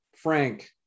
Frank